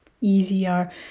easier